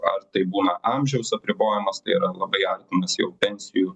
ar tai būna amžiaus apribojimas tai yra labai artimas jau pensijų